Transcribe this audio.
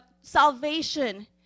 salvation